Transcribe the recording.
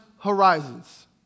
horizons